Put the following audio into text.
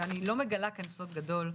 ואני לא מגלה כאן סוד גדול,